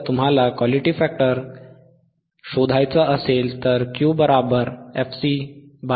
जर तुम्हाला Q शोधायचा असेल तर Q fCबँडविड्थ आहे